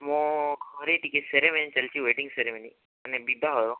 ମୋ ଘରେ ଟିକେ ସେରିମୋନି ଚାଲିଛି ୱେଡ଼ିଙ୍ଗ୍ ସେରିମୋନି ମାନେ ବିବାହର